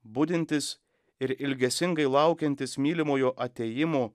budintis ir ilgesingai laukiantis mylimojo atėjimų